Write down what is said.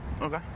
Okay